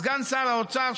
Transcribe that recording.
סגן שר האוצר,